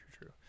true